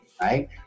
right